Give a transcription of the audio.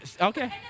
Okay